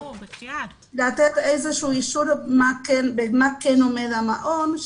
איזשהו אישור מה כן אומר המעון,